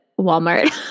Walmart